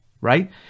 right